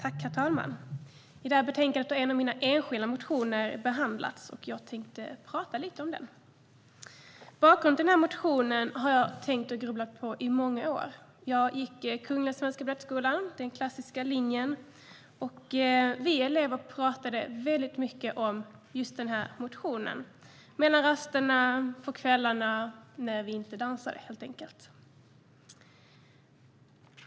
Herr talman! I det här betänkandet har en av mina enskilda motioner behandlats, och jag tänkte prata lite om den. Bakgrunden till motionen har jag tänkt och grubblat på i många år. Jag gick på Kungliga Svenska Balettskolan, den klassiska linjen. Och vi elever pratade väldigt mycket om just den här motionen på rasterna och på kvällarna, helt enkelt när vi inte dansade.